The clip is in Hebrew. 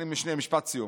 משפט סיום.